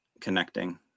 connecting